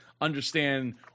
understand